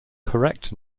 correct